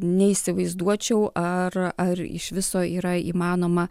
neįsivaizduočiau ar ar iš viso yra įmanoma